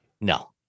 No